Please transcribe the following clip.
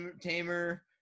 Tamer